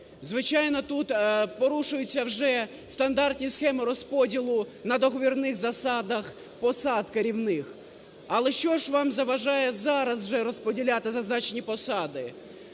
Звичайно, тут порушуються вже стандартні схеми розподілу на договірних засадах посад керівних. Але що ж вам заважає зараз вже розподіляти зазначені посади?